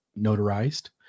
notarized